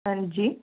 हांजी